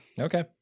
Okay